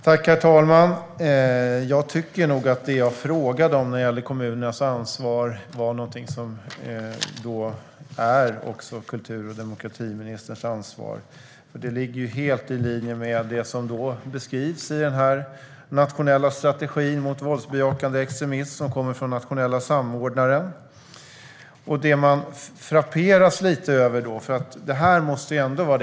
Herr talman! Jag tycker nog att det jag frågade om när det gäller kommunernas ansvar är någonting som också är kultur och demokratiministerns ansvar. Det ligger helt i linje med det som beskrivs i den nationella strategin mot våldsbejakande extremism som kommer från den nationella samordnaren. Det här måste ändå vara det som ligger inom kultur och demokratiministerns ansvar.